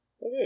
Okay